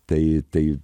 tai tai